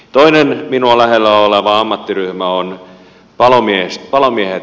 toinen minua lähellä oleva ammattiryhmä on palomiehet